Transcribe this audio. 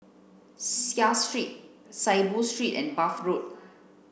Seah Street Saiboo Street and Bath Road